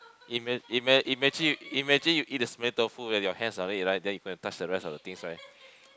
ima~ imagine imagine you eat the smelly tofu right your hands ah then you go touch the rest of the things right